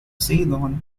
ceylon